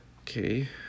Okay